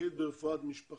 מומחית ברפואת משפחה,